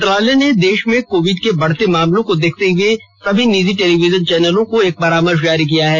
मंत्रालय ने देश में कोविड के बढते मामलों को देखते हुए सभी निजी टेलीविजन चैनलों को एक परामर्श जारी किया है